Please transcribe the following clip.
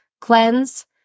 cleanse